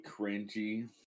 cringy